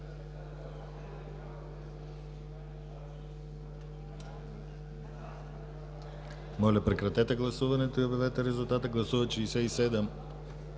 Моля прекратете гласуването и обявете резултата. Гласували